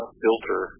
filter